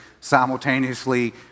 simultaneously